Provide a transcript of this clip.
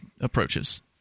approaches